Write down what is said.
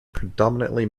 predominantly